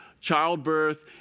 childbirth